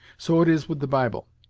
so it is with the bible.